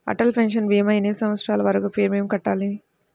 Atal pension భీమా ఎన్ని సంవత్సరాలు వరకు ప్రీమియం కట్టాలి?